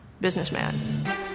businessman